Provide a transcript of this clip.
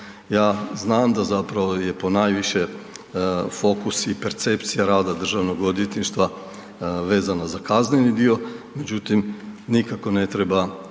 Ja znam da je ponajviše fokus i percepcija rada državnog odvjetništva vezano za kazneni dio, međutim nikako ne treba